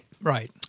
Right